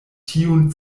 tiun